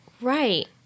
Right